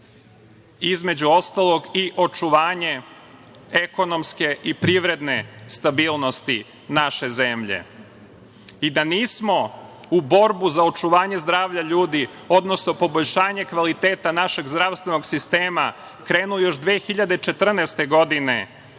između ostalog i očuvanje ekonomske i privredne stabilnosti naše zemlje. Da nismo u borbu za očuvanje zdravlja ljudi, odnosno poboljšanja kvaliteta našeg zdravstvenog sistema krenuli još 2014. godine,